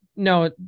No